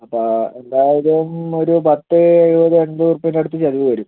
അപ്പം എന്തായാലും ഒരു പത്ത് എഴുപത് എൺപത് റുപ്പേൻ്റെ അടുത്ത് ചിലവ് വരും